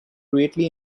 greatly